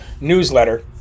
newsletter